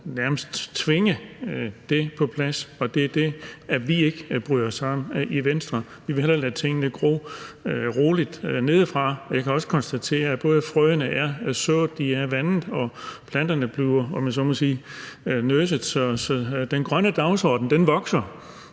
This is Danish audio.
nærmest tvinge det på plads, og det er det, vi ikke bryder os om i Venstre. Vi vil hellere lade tingene gro roligt nedefra, og jeg kan også konstatere, at frøene er sået og de er vandet, og at planterne bliver, om jeg så må sige, nurset.